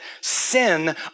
sin